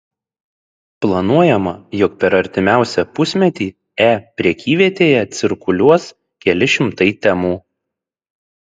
planuojama jog per artimiausią pusmetį e prekyvietėje cirkuliuos keli šimtai temų